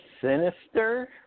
Sinister